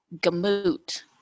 Gamut